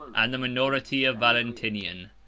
and the minority of valentinian.